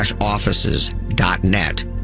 offices.net